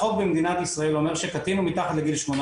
החוק במדינת ישראל אומר שקטין הוא מתחת לגיל 18